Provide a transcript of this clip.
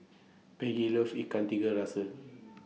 Peggy loves Ikan Tiga Rasa